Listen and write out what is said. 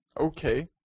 Okay